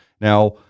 now